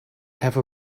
have